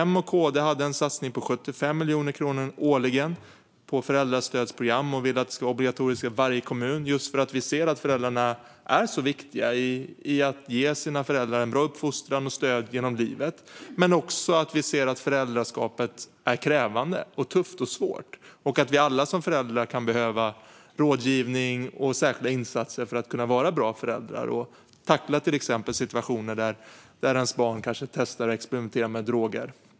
M och KD hade en satsning på 75 miljoner kronor årligen på föräldrastödsprogram och vill att det ska vara obligatoriskt i varje kommun, just för att vi ser att föräldrarna är så viktiga i att ge sina barn en bra uppfostran och stöd genom livet men också för att föräldraskapet är krävande, tufft och svårt. Vi kan alla som föräldrar behöva rådgivning och särskilda insatser för att kunna vara bra föräldrar och tackla situationer där ens barn testar och experimenterar med droger.